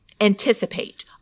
anticipate